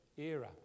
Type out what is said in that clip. era